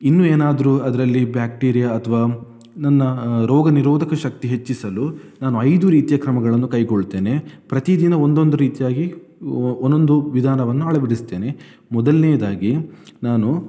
ಇನ್ನು ಏನಾದರೂ ಅದರಲ್ಲಿ ಬ್ಯಾಕ್ಟೀರಿಯ ಅಥವಾ ನನ್ನ ರೋಗನಿರೋಧಕ ಶಕ್ತಿ ಹೆಚ್ಚಿಸಲು ನಾನು ಐದು ರೀತಿಯ ಕ್ರಮಗಳನ್ನು ಕೈಗೊಳ್ತೇನೆ ಪ್ರತಿದಿನ ಒಂದೊಂದು ರೀತಿಯಾಗಿ ಒಂದೊಂದು ವಿಧಾನವನ್ನು ಅಳವಡಿಸ್ತೇನೆ ಮೊದಲನೇದಾಗಿ ನಾನು